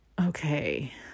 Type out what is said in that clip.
Okay